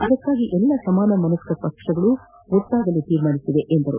ಅದಕ್ಕಾಗಿ ಎಲ್ಲಾ ಸಮಾನ ಪಕ್ಷಗಳು ಒಟ್ಟಾಗಲು ತೀರ್ಮಾನಿಸಿವೆ ಎಂದರು